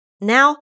Now